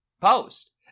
post